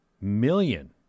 million